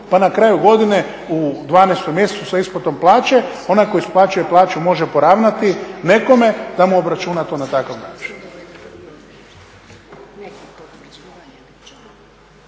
pa na kraju godine u 12.mjesecu sa isplatom plaće onaj tko isplaćuje plaću može poravnati nekome da mu obračuna to na takav način.